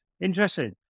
Interesting